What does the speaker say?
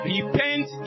Repent